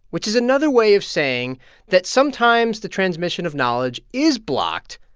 which is another way of saying that sometimes the transmission of knowledge is blocked,